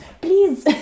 please